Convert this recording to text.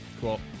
cool